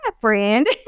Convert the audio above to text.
friend